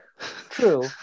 True